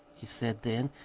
he said then,